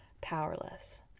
Powerless